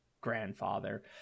grandfather